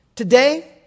Today